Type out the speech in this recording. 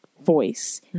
voice